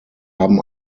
haben